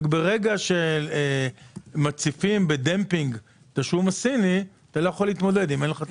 ברגע שמציפים את השוק עם השום הסיני אי אפשר להתמודד בלי שיש לך תמיכה.